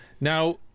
Now